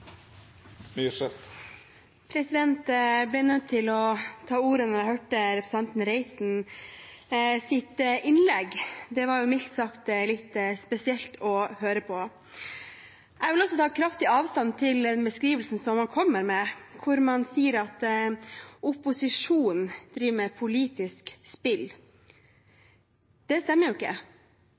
sentrene. Jeg ble nødt til å ta ordet da jeg hørte representanten Reitens innlegg. Det var mildt sagt litt spesielt å høre på. Jeg vil ta kraftig avstand fra beskrivelsen han kommer med, der han sier at opposisjonen driver med politisk spill. Det stemmer jo ikke.